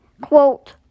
quote